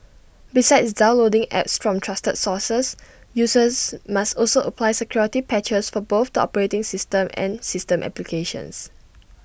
besides downloading apps from trusted sources users must also apply security patches for both the operating system and system applications